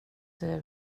vet